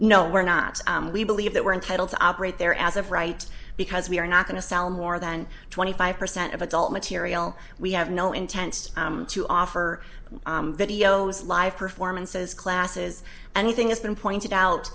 know we're not we believe that we're entitled to operate there as of right because we are not going to sell more than twenty five percent of adult material we have no intent to offer video as live performances classes anything it's been pointed out